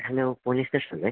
hello police station അല്ലെ